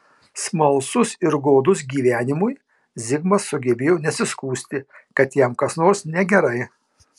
smalsus ir godus gyvenimui zigmas sugebėjo nesiskųsti kad jam kas nors negerai